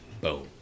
Boom